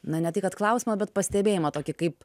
na ne tai kad klausimą bet pastebėjimą tokį kaip